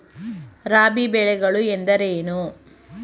ರಾಬಿ ಬೆಳೆ ಎಂದರೇನು?